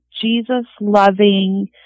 Jesus-loving